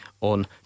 on